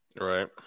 Right